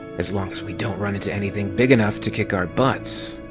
as long as we don't run into anything big enough to kick our butts.